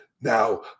Now